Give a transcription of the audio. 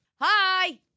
Hi